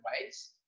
ways